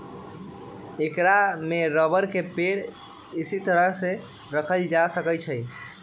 ऐकरा में रबर के पेड़ इसी तरह के रखल जा सका हई